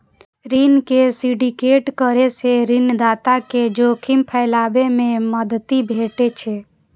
ऋण के सिंडिकेट करै सं ऋणदाता कें जोखिम फैलाबै मे मदति भेटै छै